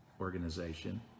organization